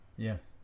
Yes